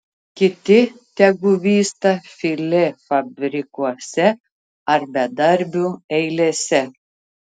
kiti tegu vysta filė fabrikuose ar bedarbių eilėse